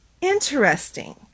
interesting